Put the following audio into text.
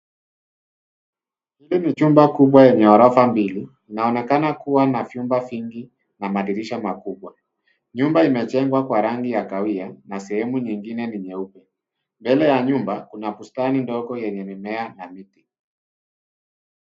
Hii ni chumba kubwa yenye ghorofa mbili, inaonekana kuwa na chumba vingi na madirisha makubwa. Nyumba imejengwa kwa rangi ya kahawia na sehemu nyingine ni nyeupe. Mbele ya nyumba, kuna bustani ndogo yenye mimea na miti.